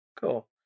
Cool